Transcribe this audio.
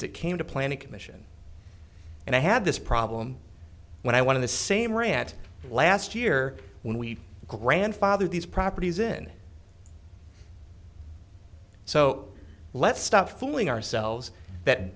it came to planning commission and i had this problem when i one of the same rants last year when we grandfathered these properties in so let's stop fooling ourselves that